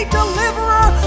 deliverer